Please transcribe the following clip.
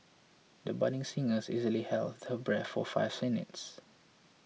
the budding singers easily held her breath for five minutes